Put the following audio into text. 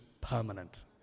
permanent